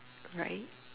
right